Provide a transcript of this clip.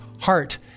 heart